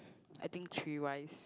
I think three wives